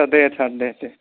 दे सार दे दे